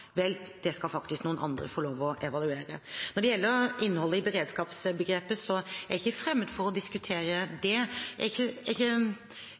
skal noen andre få lov til å evaluere. Når det gjelder innholdet i beredskapsbegrepet, er jeg ikke fremmed for å diskutere det. Det er ikke først og fremst innholdet i begrepet som er